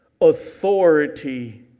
authority